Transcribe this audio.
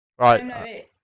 Right